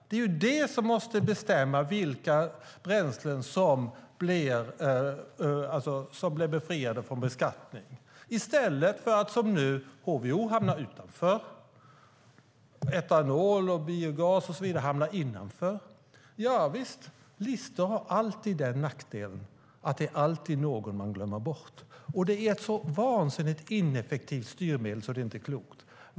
Det är detta som måste bestämma vilka bränslen som blir befriade från beskattning i stället för att det blir som nu: HVO hamnar utanför, medan etanol, biogas och så vidare hamnar innanför. Listor har alltid nackdelen att man glömmer bort något. Det är ett så vansinnigt ineffektivt styrmedel att det inte är klokt.